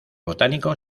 botánico